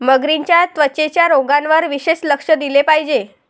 मगरींच्या त्वचेच्या रोगांवर विशेष लक्ष दिले पाहिजे